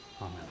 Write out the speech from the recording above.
Amen